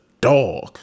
dog